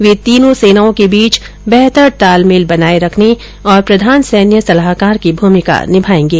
वे तीनों सेनाओं के बीच बेहतर तालमेल बनाये रखने और प्रधान सैन्य सलाहकार की भूमिका निभायेंगे